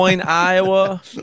Iowa